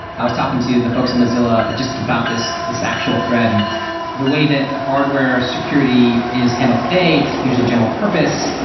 i was talking to the folks in mozilla just about this this actual thread, and the way that hardware security is handled today, it's usually general-purpose.